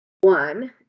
one